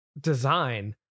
Design